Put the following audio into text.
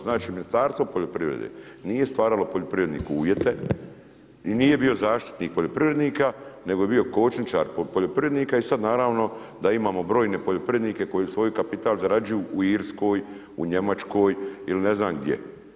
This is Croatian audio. Znači Ministarstvo poljoprivrede nije stvaralo poljoprivredne uvjete i nije bio zaštitnik poljoprivrednika, nego je bio kočničar poljoprivrednika i sada naravno da imamo brojne poljoprivrednike koji svoj kapital zarađuju u Irskoj, u Njemačkoj ili ne znam gdje.